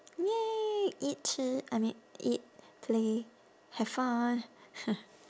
!yay! eat 吃 I mean eat play have fun